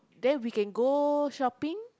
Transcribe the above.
then we can go shopping